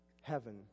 heaven